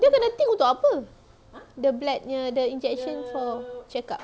dia kena tu untuk apa the blood nya the injection for checkup